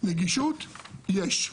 נגישות יש,